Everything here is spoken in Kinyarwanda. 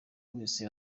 wese